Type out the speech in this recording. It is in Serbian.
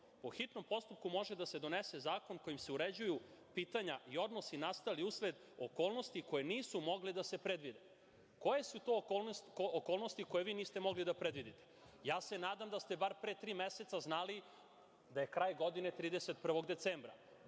po hitnom postupku može da se donese zakon kojim se uređuju pitanja i odnosi nastali usled okolnosti koje nisu mogle da se predvide. Koje su to okolnosti koje vi niste mogli da predvidite? Nadam se da ste bar pre tri meseca znali da je kraj godine 31. decembra.